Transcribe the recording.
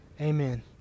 amen